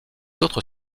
autres